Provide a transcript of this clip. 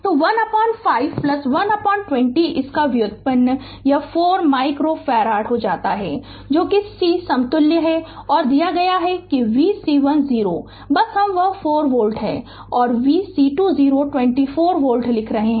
तो 15 120 इसका व्युत्क्रम यह 4 माइक्रो फैराड हो जाता है जो कि c समतुल्य है और दिया गया है कि v C1 0 बस हम वह 4 वोल्ट और v C2 0 24 वोल्ट लिख रहे है